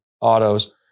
autos